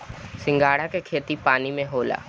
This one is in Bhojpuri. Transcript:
सिंघाड़ा के खेती पानी में होला